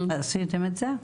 עשיתם את זה?